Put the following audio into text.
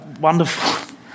wonderful